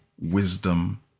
wisdom